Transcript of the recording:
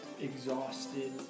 exhausted